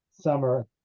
summer